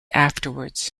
afterwards